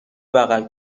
بغل